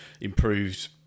improved